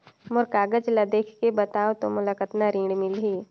मोर कागज ला देखके बताव तो मोला कतना ऋण मिलही?